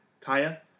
Kaya